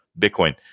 Bitcoin